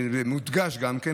בכל אופן דיברו איתה.